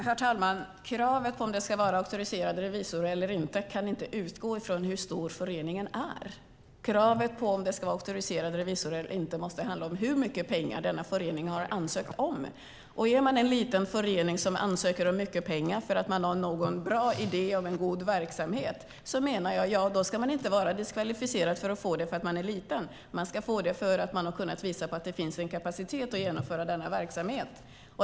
Herr talman! Kravet på auktoriserad revisor kan inte utgå ifrån hur stor en förening är. Kravet på auktoriserad revisor måste handla om hur mycket pengar föreningen har ansökt om. En liten förening som ansöker om mycket pengar därför att man har en bra idé om en god verksamhet ska inte vara diskvalificerad från att få det därför att man är liten. Man ska få det därför att man har kunnat visa att det finns en kapacitet att genomföra denna verksamhet.